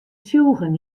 tsjûgen